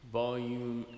volume